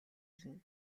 ирнэ